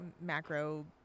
Macro